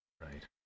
Right